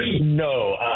no